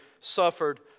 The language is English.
suffered